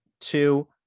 Two